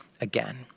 again